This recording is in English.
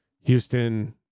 Houston